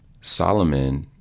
Solomon